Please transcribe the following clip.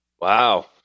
Wow